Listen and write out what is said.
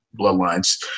Bloodlines